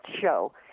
show